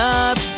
up